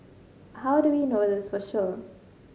how do we know this for sure